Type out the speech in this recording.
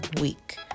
week